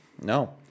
No